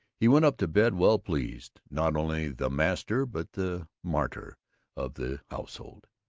he went up to bed well pleased, not only the master but the martyr of the household.